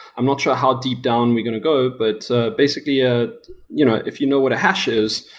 i'm not sure how deep down we're going to go, but ah basically ah you know if you know what a hash is,